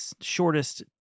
shortest